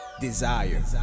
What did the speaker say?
desire